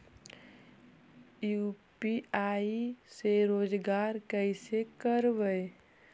UPI से रोजगार कैसे करबय?